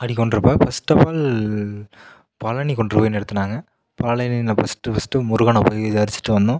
அப்படி பண்ணுறப்ப ஃபஸ்டஃபால் பழனி கொண்டு போய் நிறுத்துனாங்க பழனியில் ஃபஸ்ட்டு ஃபஸ்ட்டு முருகனை போய் தரிச்சிட்டு வந்தோம்